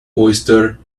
oyster